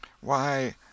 Why